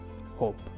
Hope